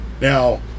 Now